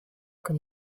con